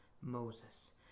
Moses